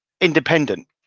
independent